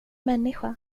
människa